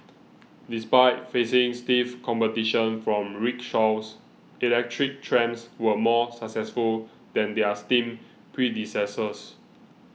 despite facing stiff competition from rickshaws electric trams were more successful than their steam predecessors